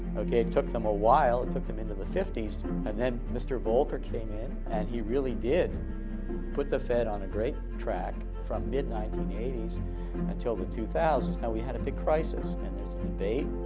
okay, it took them a while it took them into the fifty s so and then mr. volcker came in and he really did put the fed on a great track from mid nineteen eighty s until the two thousand s. now we had a big crisis and there's a